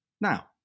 now